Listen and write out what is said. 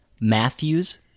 Matthews